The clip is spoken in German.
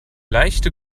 leichte